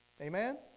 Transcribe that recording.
Amen